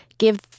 give